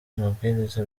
amabwiriza